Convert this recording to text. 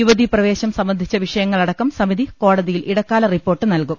യുവതി പ്രവേശം സംബന്ധിച്ച വിഷയങ്ങളടക്കം സമിതി കോടതിയിൽ ഇടക്കാല റിപ്പോർട്ട് നൽകും